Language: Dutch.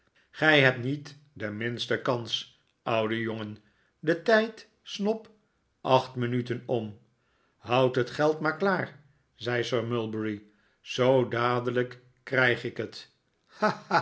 gij hebt niet de minste kans oude jongen de tijd shobb acht minuten om houd het geld maar klaar zei sir mulberry zoo dadelijk krijg ik het